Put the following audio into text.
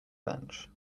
bench